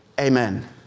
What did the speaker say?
Amen